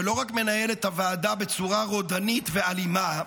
ולא רק מנהל את הוועדה בצורה רודנית ואלימה,